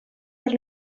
per